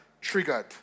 triggered